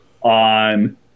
on